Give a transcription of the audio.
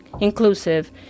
inclusive